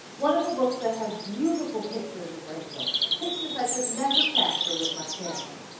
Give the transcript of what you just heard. one of the books that has beautiful pictures of rainbows, pictures i could never capture with my camera.